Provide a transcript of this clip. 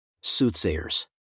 Soothsayers